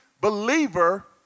believer